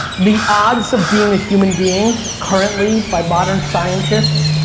the odds of being a human being, currently, by modern scientists,